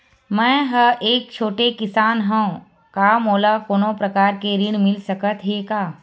मै ह एक छोटे किसान हंव का मोला कोनो प्रकार के ऋण मिल सकत हे का?